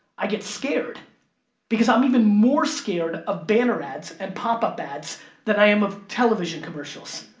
i get scared because i'm even more scared of banner ads and pop-up ads than i am of television commercials.